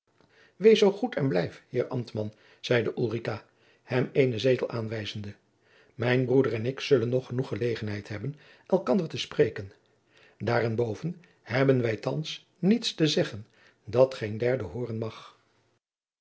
wees zoo goed en blijf heer ambtman zeide ulrica hem eenen zetel aanwijzende mijn broeder en ik zullen nog genoeg gelegenheid hebben elkander te spreken daarenboven hebben wij thands niets te zeggen dat geen derde hooren mag